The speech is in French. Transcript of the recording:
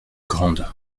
grande